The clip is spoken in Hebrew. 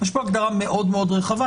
יש פה הגדרה מאוד מאוד רחבה.